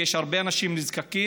כי יש הרבה אנשים נזקקים,